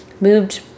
moved